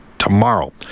Tomorrow